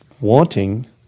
wanting